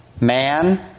Man